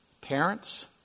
Parents